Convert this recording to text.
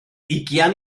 ugain